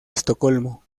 estocolmo